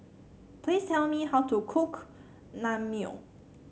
please tell me how to cook Naengmyeon